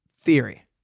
theory